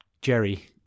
Jerry